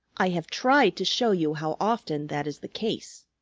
i have tried to show you how often that is the case.